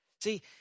See